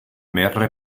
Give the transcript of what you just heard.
mehrere